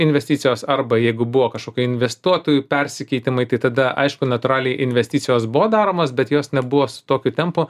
investicijos arba jeigu buvo kašokie investuotojų persikeitimai tai tada aišku natūraliai investicijos daromos bet jos nebuvo su tokiu tempu